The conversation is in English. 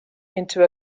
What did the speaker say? into